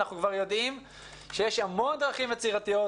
אנחנו כבר יודעים שיש המון דרכים יצירתיות,